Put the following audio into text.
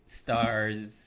stars